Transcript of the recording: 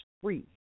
free